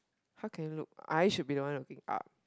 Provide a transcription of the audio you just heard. how can you look I should be the one looking up